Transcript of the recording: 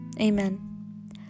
Amen